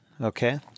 Okay